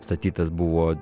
statytas buvo